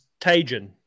Tajin